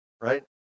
right